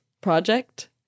project